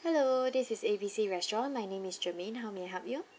hello this is A B C restaurant my name is germaine how may I help you